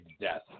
death